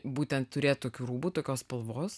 būtent turėt tokių rūbų tokios spalvos